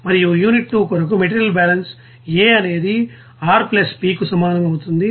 మరియు యూనిట్ 2 కొరకు material balance balance A అనేది R Pకు సమానం అవుతుంది